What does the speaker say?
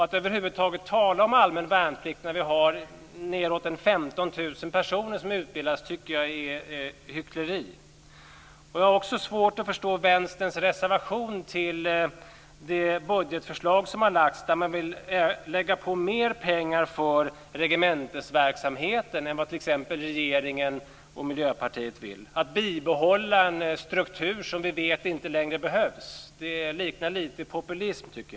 Att över huvud taget tala om allmän värnplikt när vi har nedåt 15 000 personer som utbildas tycker jag är hyckleri. Jag har också svårt att förstå Vänsterns reservation till det budgetförslag som har lagts fram där man vill lägga på mer pengar för regementsverksamheten än vad t.ex. regeringen och Miljöpartiet vill. Man vill bibehålla en struktur som vi vet inte längre behövs. Det liknar lite grann populism.